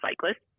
cyclist